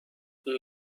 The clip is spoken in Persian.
این